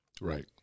Right